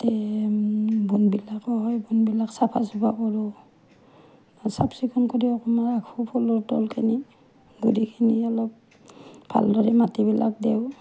তাতে বনবিলাকো হয় বনবিলাক চাফা তাফা কৰোঁ চাফ চিকুণ কৰি অকমান ৰাখোঁ ফুলৰ তলখিনি গুৰিখিনি অলপ ভাল দৰে মাটিবিলাক দেওঁ